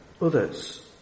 others